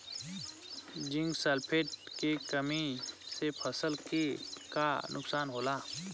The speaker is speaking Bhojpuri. जिंक सल्फेट के कमी से फसल के का नुकसान होला?